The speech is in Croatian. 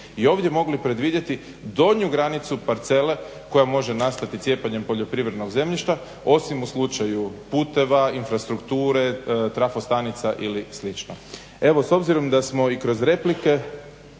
i ovdje mogli predvidjeti donju granicu parcele koja može nastati cijepanjem poljoprivrednog zemljišta osim u slučaju puteva, infrastrukture, trafostanica ili slično. Evo s obzirom da smo i kroz replike